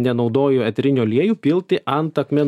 nenaudoju eterinių aliejų pilti ant akmenų